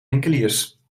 winkeliers